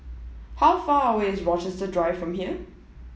how far away is Rochester drive from here